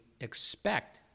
expect